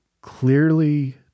clearly